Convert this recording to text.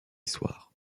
soir